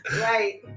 right